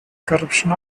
corruption